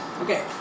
Okay